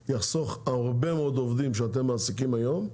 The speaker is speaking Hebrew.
דבר שיחסוך הרבה מאוד עובדים שאתם מעסיקים היום.